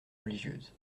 religieuse